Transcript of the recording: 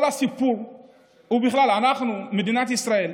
כל הסיפור הוא שאנחנו, מדינת ישראל,